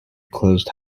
closed